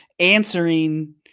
answering